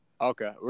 Okay